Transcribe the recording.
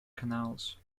canals